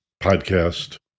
podcast